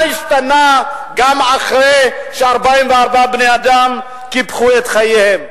השתנה גם אחרי ש-44 בני-אדם קיפחו את חייהם?